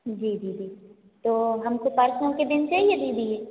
जी दीदी तो हमको परसों के दिन चाहिये दीदी